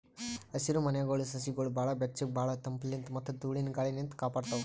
ಹಸಿರಮನೆಗೊಳ್ ಸಸಿಗೊಳಿಗ್ ಭಾಳ್ ಬೆಚ್ಚಗ್ ಭಾಳ್ ತಂಪಲಿನ್ತ್ ಮತ್ತ್ ಧೂಳಿನ ಗಾಳಿನಿಂತ್ ಕಾಪಾಡ್ತಾವ್